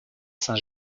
saint